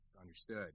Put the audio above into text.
understood